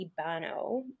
Ibano